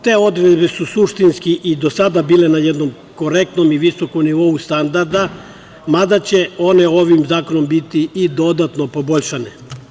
Te odredbe su suštinski i do sada bile na jednom korektnom i visokom nivou standarda, mada će one ovim zakonom biti i dodatno poboljšane.